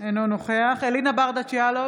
אינו נוכח אלינה ברדץ' יאלוב,